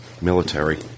military